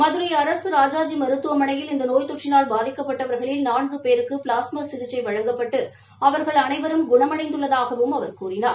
மதுரை அரசு ராஜாஜி மருத்துவமனையில் இந்த நோய் தொற்றினால் பாதிக்கப்பட்டவர்களில் நான்கு பேருக்கு ப்ளாஸ்மா சிகிச்சை வழங்கப்பட்டு அவா்கள் அனைவரும் குணமடைந்துள்ளதாகவும் அவா் கூறிளார்